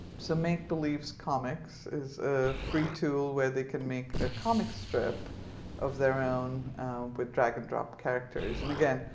so make beliefs comix is a free tool where they can make a comic strip of their own with drag and drop characters. and again,